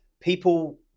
people